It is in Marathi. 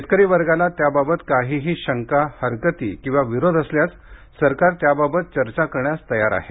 शेतकरी वर्गाला त्याबाबत काहीही शंका हरकती किंवा विरोध असल्यास सरकार त्याबाबत चर्चा करण्यास तयार आहे